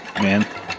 man